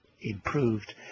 improved